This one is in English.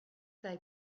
they